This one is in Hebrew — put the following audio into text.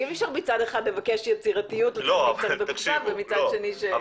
אי אפשר מצד אחד לבקש יצירתיות ומצד שני ש --- לא,